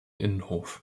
innenhof